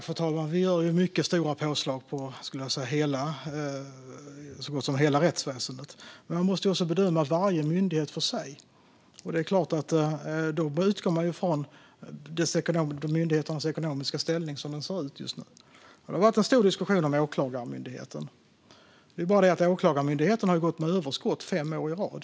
Fru talman! Vi gör mycket stora påslag på så gott som hela rättsväsendet. Vi måste dock bedöma varje myndighets ekonomiska ställning för sig. Det har varit en stor diskussion om Åklagarmyndigheten. Men Åklagarmyndigheten har ju gått med överskott fem år i rad.